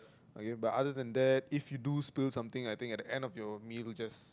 okay but other than that if you do something I think at the end of your meal just